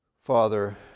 Father